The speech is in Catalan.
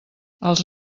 els